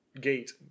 gate